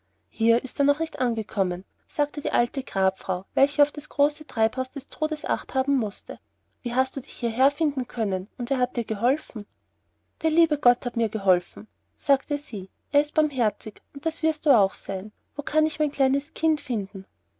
hier ist er noch nicht angekommen sagte die alte grabfrau welche auf das große treibhaus des todes acht haben mußte wie hast du dich hierher finden können und wer hat dir geholfen der liebe gott hat mir geholfen sagte sie er ist barmherzig und das wirst du auch sein wo kann ich mein kleines kind finden